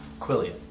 Quillian